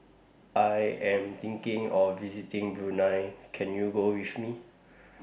I Am thinking of visiting Brunei Can YOU Go with Me